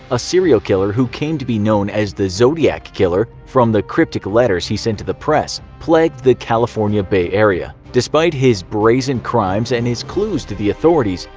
a serial killer who came to be known as the zodiac killer from the cryptic letters he sent to the press plagued the california bay area. despite his brazen crimes and his clues to the authorities,